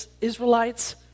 Israelites